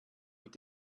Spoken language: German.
mit